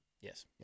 Yes